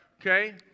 Okay